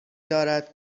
دارد